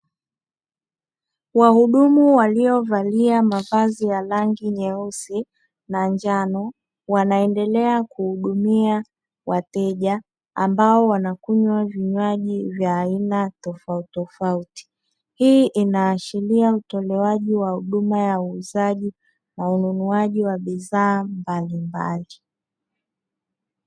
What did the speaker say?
Wahudumu waliovalia mavazi ya rangi nyeusi na njano wanaendelea kuhudumia wateja ambao wanakunywa vinywaji vya aina tofauti tofauti. Hii inaashiria utolewaji wa huduma ya uuzaji na ununuwaji wa bidhaa mbalimbali.